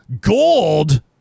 gold